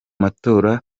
matora